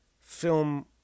film